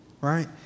right